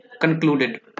concluded